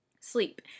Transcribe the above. sleep